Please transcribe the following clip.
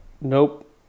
Nope